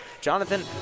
Jonathan